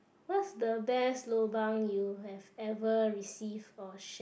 what's the best lobang you have ever receive or share